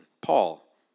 Paul